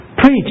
Preach